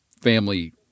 family